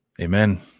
amen